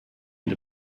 had